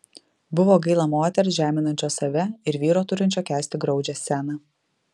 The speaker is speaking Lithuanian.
buvo gaila moters žeminančios save ir vyro turinčio kęsti graudžią sceną